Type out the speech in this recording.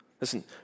Listen